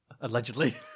Allegedly